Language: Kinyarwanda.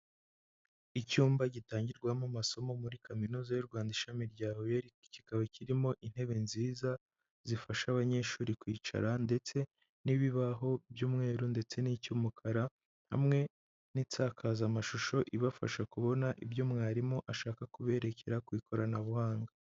Icyumba gitangirwamo amasomo muri kaminuza y'u Rwanda ishami rya Huye, kikaba kirimo intebe nziza zifasha abanyeshuri kwicara ndetse n'ibibaho by'umweru ndetse n'icy'umukara hamwe n'isakazamashusho ibafasha kubona ibyo mwarimu ashaka kuberekera ku ikoranabuhanga.